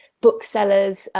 book sellers,